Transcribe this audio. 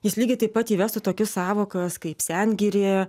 jis lygiai taip pat įvestų tokius sąvokas kaip sengirė